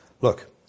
Look